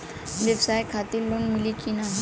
ब्यवसाय खातिर लोन मिली कि ना?